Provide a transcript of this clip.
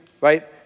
right